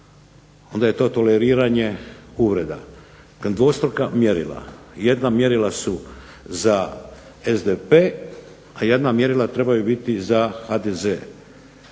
onda je to toleriranje uvreda. Dvostruka mjerila. Jedna mjerila su za SDP a jedna mjerila trebaju biti za SDP.